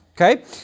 Okay